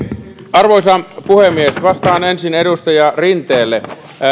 arvoisa puhemies vastaan ensin edustaja rinteelle